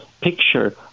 picture